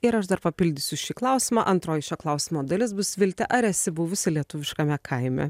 ir aš dar pildysiu šį klausimą antroji šio klausimo dalis bus vilte ar esi buvusi lietuviškame kaime